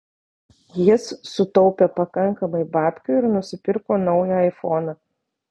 jis sutaupė pakankamai babkių ir nusipirko naują aifoną